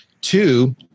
Two